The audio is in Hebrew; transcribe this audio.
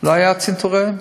לא היו צנתורי לב.